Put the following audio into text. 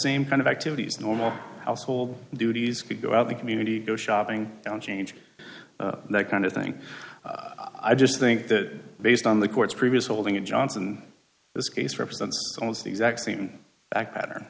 same kind of activities normal household duties could go out the community go shopping don't change that kind of thing i just think that based on the court's previous holding in johnson this case represents almost the exact same act pattern